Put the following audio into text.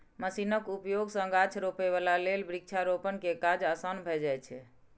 मशीनक उपयोग सं गाछ रोपै बला लेल वृक्षारोपण के काज आसान भए जाइ छै